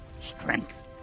Strength